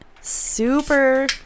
super